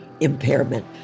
impairment